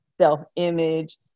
self-image